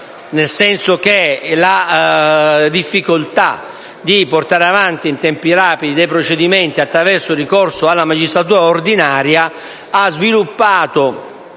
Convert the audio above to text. Infatti, la difficoltà di portare avanti in tempi rapidi i procedimenti attraverso il ricorso alla magistratura ordinaria ha sviluppato